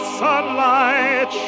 sunlight